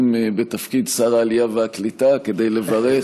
בתפקיד שר העלייה והקליטה כדי לברך